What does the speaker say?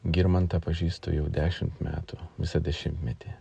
girmantą pažįstu jau dešimt metų visą dešimtmetį